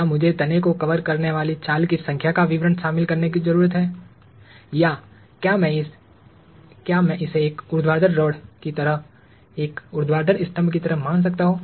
क्या मुझे तने को कवर करने वाली छाल की संख्या का विवरण शामिल करने की ज़रूरत है या क्या मैं इसे एक ऊर्ध्वाधर रॉड की तरह एक ऊर्ध्वाधर स्तंभ की तरह मान सकता हूं